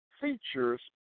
features